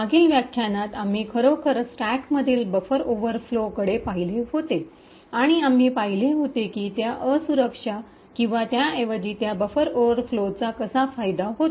मागील व्याख्यानात आम्ही खरोखर स्टॅकमधील बफर ओव्हरफ्लोकडे पाहिले होते आणि आम्ही पाहिले होते की त्या असुरक्षा किंवा त्याऐवजी त्या बफर ओव्हरफ्लोचा कसा फायदा होतो